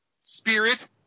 Spirit